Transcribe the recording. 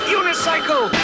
unicycle